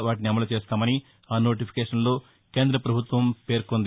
వాటిని అమలు చేస్తామని ఆ నోటిఫికేషన్లో కేంద్ర ప్రభుత్వం పేర్కొంది